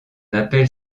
appelle